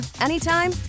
anytime